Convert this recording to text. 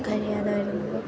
കഴിയാതെ വരുമ്പോൾ